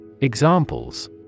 Examples